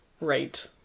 right